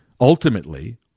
ultimately